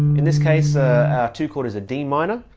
in this case our two chord is a d minor,